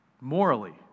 morally